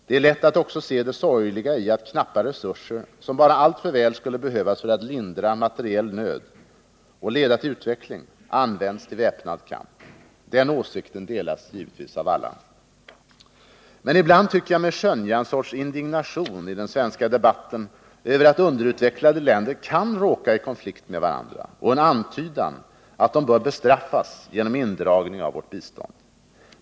Det är också lätt att se det sorgliga i att knappa resurser, som bara alltför väl skulle behövas för att lindra materiell nöd och leda till utveckling, används till väpnad kamp. Den åsikten delas givetvis av alla. Men ibland tycker jag mig skönja en sorts indignation i den svenska debatten över att underutvecklade länder kan råka i konflikt med varandra och en antydan att de därför bör bestraffas genom indragning av vårt bistånd.